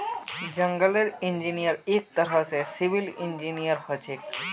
जंगलेर इंजीनियर एक तरह स सिविल इंजीनियर हछेक